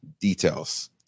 details